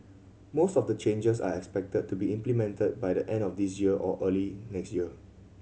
most of the changes are expected to be implemented by the end of this year or early next year